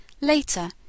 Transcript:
later